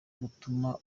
gutuma